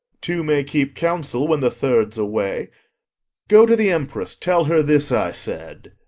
two may keep counsel when the third's away go to the empress, tell her this i said.